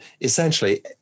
essentially